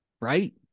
Right